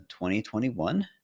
2021